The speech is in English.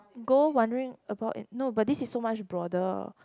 go wandering about it no but this is so much broader